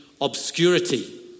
obscurity